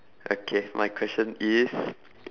okay my question is